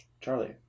Charlie